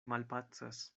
malpacas